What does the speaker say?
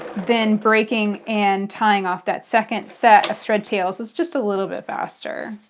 then breaking and tying off that second set of thread tails. it's just a little bit faster.